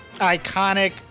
iconic